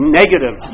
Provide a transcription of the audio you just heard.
negative